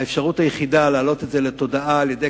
האפשרות היחידה להעלות את זה לתודעה היא על-ידי